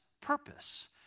purpose